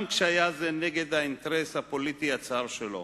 גם כשהיה זה נגד האינטרס הפוליטי הצר שלו.